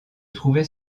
trouvait